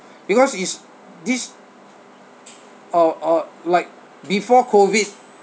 because it's this uh uh like before COVID